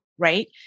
Right